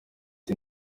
ati